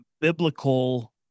biblical